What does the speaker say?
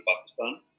Pakistan